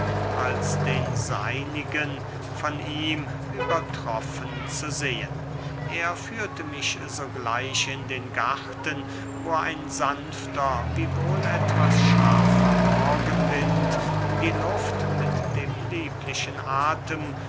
als den seinigen von ihm übertroffen zu sehen er führte mich sogleich in den garten wo ein sanfter wiewohl etwas scharfer morgenwind die luft mit dem lieblichen athem